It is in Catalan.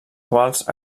quals